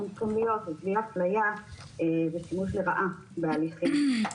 בלי אפליה ושימוש לרעה בהליכים.